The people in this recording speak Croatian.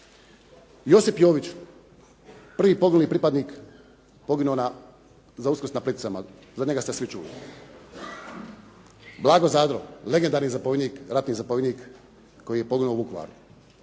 Josip Jović, prvi poginuli pripadnik poginuo za Uskrs na Plitvicama za njega ste svi čuli. Blago Zadro, legendarni zapovjednik, ratni zapovjednik koji je poginuo u Vukovaru.